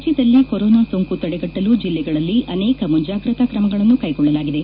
ರಾಜ್ಯದಲ್ಲಿ ಕೊರೊನಾ ಸೋಂಕು ತಡೆಗಟ್ಟಲು ಜಿಲ್ಲೆಗಳಲ್ಲಿ ಅನೇಕ ಮುಂಜಾಗ್ರತಾ ಕ್ರಮಗಳನ್ನು ಕೈಗೊಳ್ಳಲಾಗಿದೆ